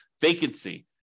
vacancy